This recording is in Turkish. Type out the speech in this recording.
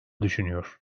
düşünüyor